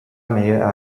meilleure